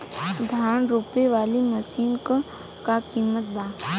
धान रोपे वाली मशीन क का कीमत बा?